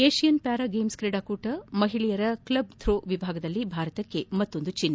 Asian para games ಕ್ರೀಡಾಕೂಟ ಮಹಿಳೆಯರ club throw ವಿಭಾಗದಲ್ಲಿ ಭಾರತಕ್ಕೆ ಮತ್ತೊಂದು ಚಿನ್ನ